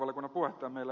nimittäin ed